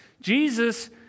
Jesus